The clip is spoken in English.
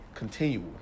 Continual